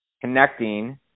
connecting